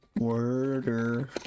order